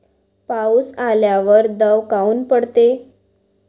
पाऊस आल्यावर दव काऊन पडते?